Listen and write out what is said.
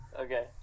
Okay